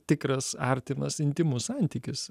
tikras artimas intymus santykis